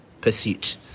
pursuit